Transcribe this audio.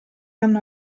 hanno